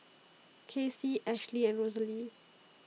Kacey Ashlee and Rosalee